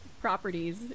properties